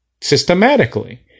systematically